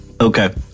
Okay